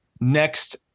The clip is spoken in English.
Next